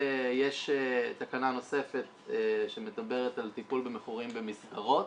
יש תקנה נוספת שמדברת על טיפול במכורים במסגרות